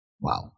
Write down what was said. Wow